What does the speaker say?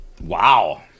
wow